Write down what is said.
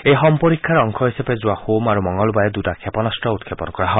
এই সম্পৰীক্ষাৰ অংশ হিচাপে যোৱা সোম আৰু মঙলবাৰে দুটা ক্ষেপনাস্ত্ৰ উৎক্ষেপন কৰা হয়